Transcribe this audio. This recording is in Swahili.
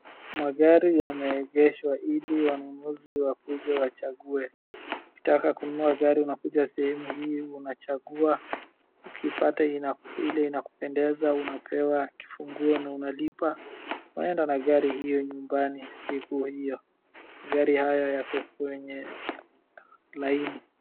Magari yameegeshwa ili wanunuzi wakuje wachague, ukitaka kununua gari unakuja sehemu hii unachagua, ukipata ile inakupendeza unapewa kifunguo na unalipa unaenda na gari hiyo nyumbani siku hiyo, magari hayo yako kwenye laini.